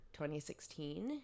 2016